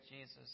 Jesus